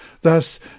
Thus